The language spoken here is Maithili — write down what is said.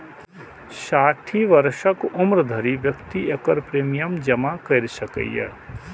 साठि वर्षक उम्र धरि व्यक्ति एकर प्रीमियम जमा कैर सकैए